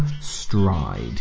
stride